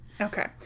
okay